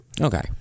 Okay